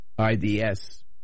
IDS